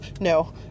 No